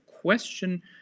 question